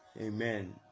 amen